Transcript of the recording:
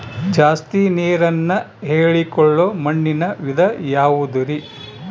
ಜಾಸ್ತಿ ನೇರನ್ನ ಹೇರಿಕೊಳ್ಳೊ ಮಣ್ಣಿನ ವಿಧ ಯಾವುದುರಿ?